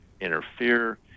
interfere